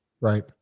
Right